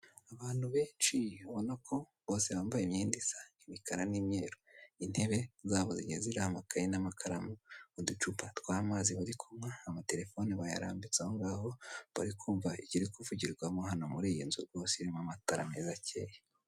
Abantu benshi ubonako bose bambaye imyenda isa imikara n'imyeru, intebe zabo zigiye ziriho amakayi n'amakaramu, uducupa tw'amazi bari kunywa amaterefone bayarambitse aho ngaho , bari kumva ikiri kuvugirwa muriy'inzu rwose, irimo amatara meza acyeye.